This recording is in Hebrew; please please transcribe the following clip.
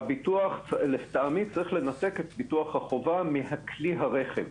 לטעמי יש לנתק את ביטוח החובה מכלי הרכב,